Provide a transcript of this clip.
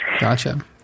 gotcha